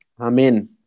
Amen